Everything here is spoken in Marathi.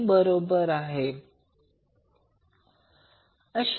5 आहे ते प्रत्यक्षात 125 असेल